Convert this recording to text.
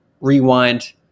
rewind